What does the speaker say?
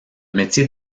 métier